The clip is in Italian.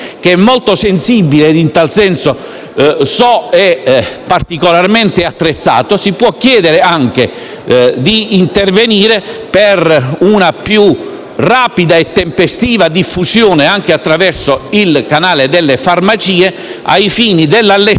è particolarmente apprezzato, si può altresì chiedere di intervenire per una più rapida e tempestiva diffusione anche attraverso il canale delle farmacie, ai fini dell'allestimento delle preparazioni galeniche